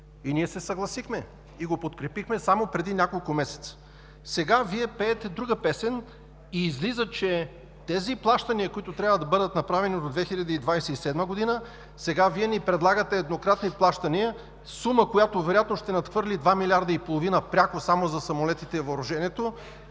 Ние се съгласихме и го подкрепихме само преди няколко месеца. Сега пеете друга песен и излиза, че тези плащания, които трябва да бъдат направени до 2027 г., сега ни предлагате еднократни плащания – сума, която вероятно ще надхвърли 2,5 милиарда пряко само за самолетите и въоръжението